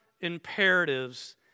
imperatives